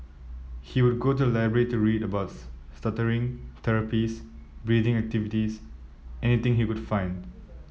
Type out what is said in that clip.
he would go to the library to read about stuttering therapies breathing activities anything he would find